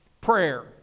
Prayer